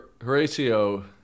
Horatio